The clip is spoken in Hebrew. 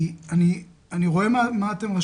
אני רואה מה כתבתם,